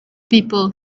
people